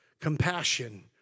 compassion